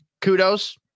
kudos